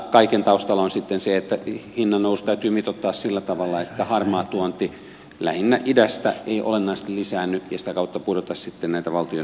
kaiken taustalla on sitten se että hinnannousu täytyy mitoittaa sillä tavalla että harmaa tuonti lähinnä idästä ei olennaisesti lisäänny ja sitä kautta pudota sitten näitä valtion verotuloja